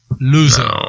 Loser